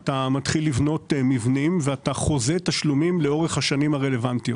אתה מתחיל לבנות מבנים ואתה חוזה תשלומים לאורך השנים הרלוונטיות.